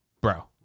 bro